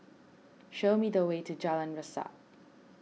show me the way to Jalan Resak